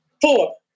four